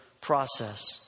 process